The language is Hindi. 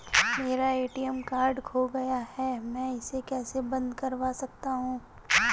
मेरा ए.टी.एम कार्ड खो गया है मैं इसे कैसे बंद करवा सकता हूँ?